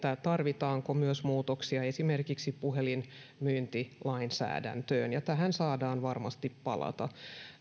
tarvitaanko muutoksia myös esimerkiksi puhelinmyyntilainsäädäntöön tähän saadaan varmasti palata